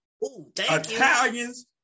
Italians